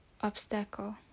Obstacle